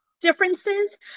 differences